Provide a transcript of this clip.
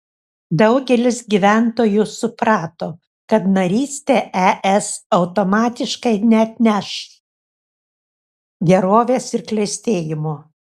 daugelis gyventojų suprato kad narystė es automatiškai neatneš gerovės ir klestėjimo